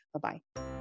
Bye-bye